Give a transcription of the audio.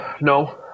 No